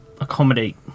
accommodate